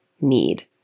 need